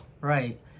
Right